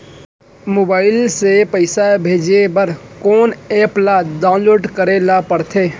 Mobile से पइसा भेजे बर कोन एप ल डाऊनलोड करे ला पड़थे?